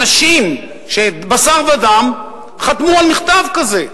אנשים בשר ודם חתמו על מכתב כזה.